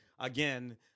Again